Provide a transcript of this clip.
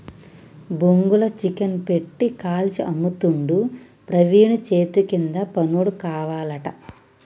బొంగుల చికెన్ పెట్టి కాల్చి అమ్ముతుండు ప్రవీణు చేతికింద పనోడు కావాలట